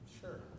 Sure